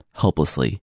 Helplessly